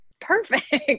perfect